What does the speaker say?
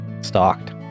Stocked